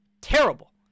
terrible